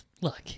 look